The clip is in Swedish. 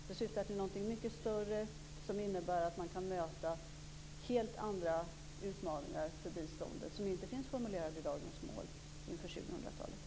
Den syftar till någonting mycket större som innebär att man kan möta helt andra utmaningar för biståndet som inte finns formulerade i dagens mål inför